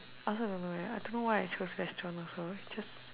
I also don't know eh I don't know why I chose restaurant also it's just